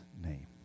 name